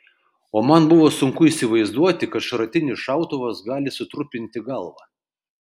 o man buvo sunku įsivaizduoti kad šratinis šautuvas gali sutrupinti galvą